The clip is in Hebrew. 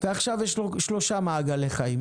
עכשיו יש לו שלושה מעגלי חיים.